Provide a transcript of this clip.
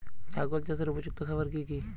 ছাগল চাষের উপযুক্ত খাবার কি কি?